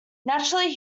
naturally